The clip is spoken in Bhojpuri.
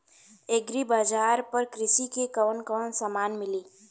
एग्री बाजार पर कृषि के कवन कवन समान मिली?